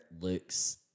looks